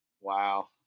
Wow